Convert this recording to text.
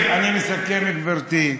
חברים אני מסכם, גברתי,